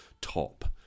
top